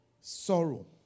Sorrow